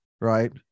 right